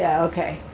yeah ok.